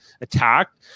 attacked